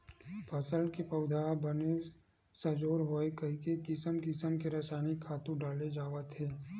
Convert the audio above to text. फसल के पउधा ह बने सजोर होवय कहिके किसम किसम के रसायनिक खातू डाले जावत हे